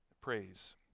praise